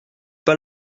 pas